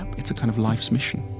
and it's a kind of life's mission